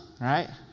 right